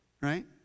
Right